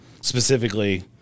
specifically